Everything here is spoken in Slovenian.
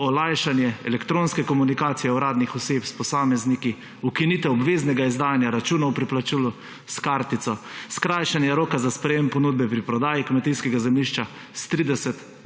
olajšanje elektronske komunikacije uradnih oseb s posamezniki, ukinitev obveznega izdajanja računov pri plačilu s kartico, skrajšanje roka za sprejem ponudbe pri prodaji kmetijskega zemljišča s 30 na